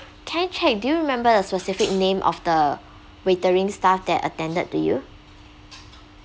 can I check do you remember the specific name of the waitering staff that attended to you